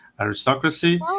aristocracy